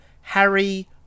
Harry